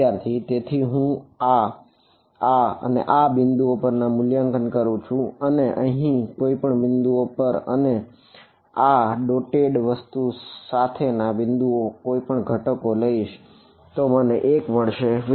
વિદ્યાર્થી તેથી હું આ આ આ આ બિંદુઓ પર મૂલ્યાંકન કરું છું અને અહીંના કોઈ પણ બિંદુ પર અને આ ડોટેડ વસ્તુ સાથેના બિંદુ પર કોઈ પણ ઘટકો લઈશ તો મને 1 મળશે